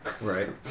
Right